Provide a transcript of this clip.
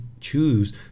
choose